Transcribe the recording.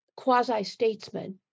quasi-statesman